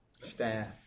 staff